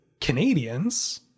Canadians